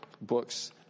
books